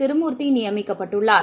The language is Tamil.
திருமூர்த்தி நியமிக்கப்பட்டுள்ளார்